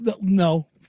No